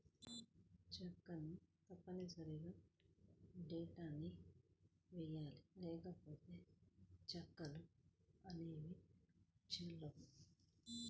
చెక్కును తప్పనిసరిగా డేట్ ని వెయ్యాలి లేకపోతే చెక్కులు అనేవి చెల్లవు